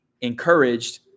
encouraged